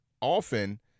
often